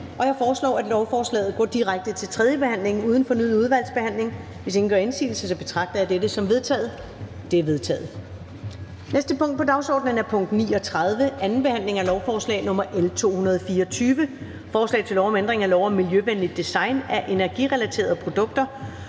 Jeg foreslår, at lovforslaget går direkte til tredje behandling uden fornyet udvalgsbehandling. Hvis ingen gør indsigelse, betragter jeg dette som vedtaget. Det er vedtaget. --- Det næste punkt på dagsordenen er: 39) 2. behandling af lovforslag nr. L 224: Forslag til lov om ændring af lov om miljøvenligt design af energirelaterede produkter,